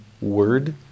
word